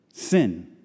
sin